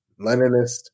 Leninist